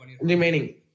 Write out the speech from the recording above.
remaining